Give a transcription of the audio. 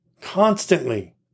constantly